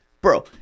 Bro